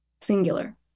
singular